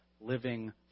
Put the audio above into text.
living